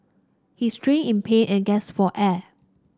he writhed in pain and gasped for air